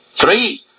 Three